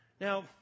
Now